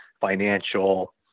financial